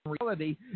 reality